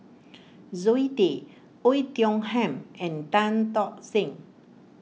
Zoe Tay Oei Tiong Ham and Tan Tock Seng